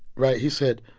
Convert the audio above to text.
right? he said,